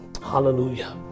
Hallelujah